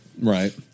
Right